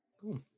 cool